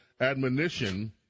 Admonition